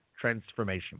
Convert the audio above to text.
transformation